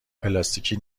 پلاستیکی